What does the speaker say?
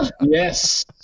Yes